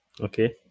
Okay